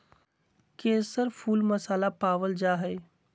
केसर फुल मसाला पावल जा हइ